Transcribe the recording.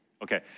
Okay